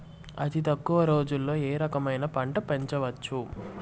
అతి తక్కువ రోజుల్లో ఏ రకమైన పంట పెంచవచ్చు?